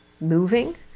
moving